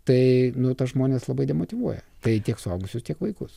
tai nu tas žmones labai demotyvuoja tai tiek suaugusius tiek vaikus